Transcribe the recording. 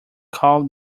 call